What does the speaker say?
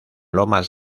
lomas